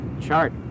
chart